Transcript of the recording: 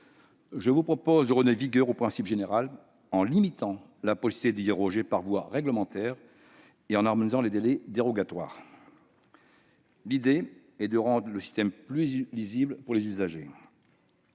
je vous propose de redonner sa vigueur au principe général, en limitant la possibilité d'y déroger par voie réglementaire et en harmonisant les délais dérogatoires. L'idée est de rendre le système plus lisible pour les usagers.